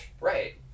Right